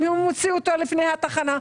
אם הוא יוציא אותו לפני התחנה,